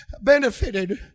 benefited